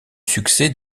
succès